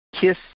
kiss